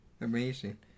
Amazing